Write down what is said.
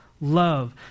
Love